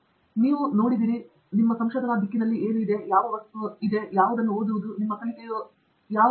ಟ್ಯಾಂಜಿರಾಲ ನೀವು ನೋಡಿದಿರಿ ನಿಮ್ಮ ದಿಕ್ಕಿನಲ್ಲಿ ಏನು ಯಾವ ವಸ್ತು ಓದುವುದು ಮತ್ತು ನಿಮ್ಮ ಕಲಿಕೆಯು ಹೆಚ್ಚು ಸಂದರ್ಭೋಚಿತವಾಗಿರುತ್ತದೆ